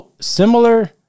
similar